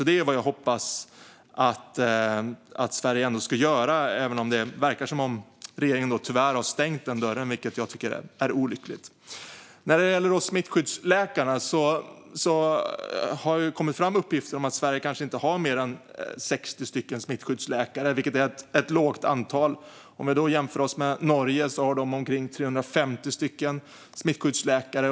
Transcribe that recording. Det är vad jag hoppas att Sverige ska göra även om det verkar som att regeringen tyvärr har stängt denna dörr, vilket jag tycker är olyckligt. När det gäller smittskyddsläkarna har det kommit fram uppgifter om att Sverige kanske inte har fler än 60 smittskyddsläkare, vilket är ett litet antal. Om vi jämför oss med Norge ser vi att man där har omkring 350 smittskyddsläkare.